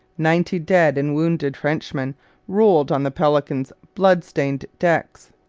ninety dead and wounded frenchmen rolled on the pelican's blood-stained decks.